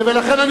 לכן,